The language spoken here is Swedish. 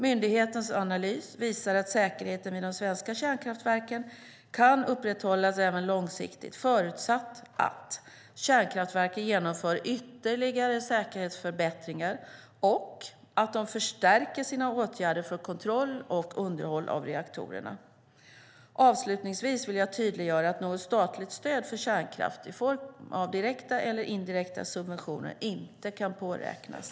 Myndighetens analys visar att säkerheten vid de svenska kärnkraftverken kan upprätthållas även långsiktigt förutsatt att kärnkraftverken genomför ytterligare säkerhetsförbättringar och att de förstärker sina åtgärder för kontroll och underhåll av reaktorerna. Avslutningsvis vill jag tydliggöra att något statligt stöd för kärnkraft, i form av direkta eller indirekta subventioner, inte kan påräknas.